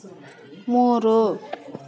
ಮೂರು